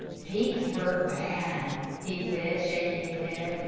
pete's hurt bad, he said, shaking his head,